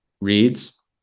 reads